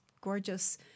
gorgeous